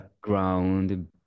ground